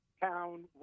town